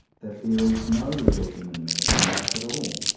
that there is no real human meaning in life at all,